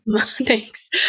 Thanks